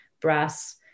brass